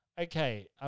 okay